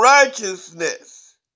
Righteousness